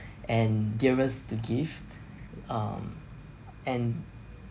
and dearest to give um and